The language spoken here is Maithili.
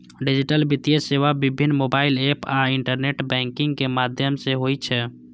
डिजिटल वित्तीय सेवा विभिन्न मोबाइल एप आ इंटरनेट बैंकिंग के माध्यम सं होइ छै